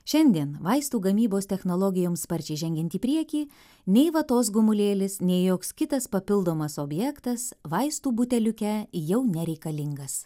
šiandien vaistų gamybos technologijoms sparčiai žengiant į priekį nei vatos gumulėlis nei joks kitas papildomas objektas vaistų buteliuke jau nereikalingas